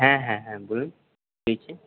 হ্যাঁ হ্যাঁ হ্যাঁ বলুন কী হয়েছে